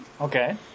Okay